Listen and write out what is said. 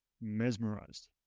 mesmerized